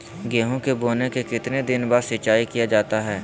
गेंहू के बोने के कितने दिन बाद सिंचाई किया जाता है?